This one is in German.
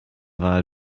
wahl